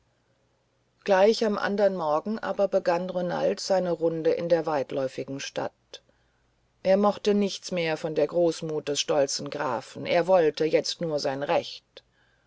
gleich am andern morgen aber begann renald seine runde in der weitläufigen stadt er mochte nichts mehr von der großmut des stolzen grafen er wollte jetzt nur sein recht